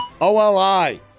OLI